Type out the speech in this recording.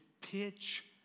pitch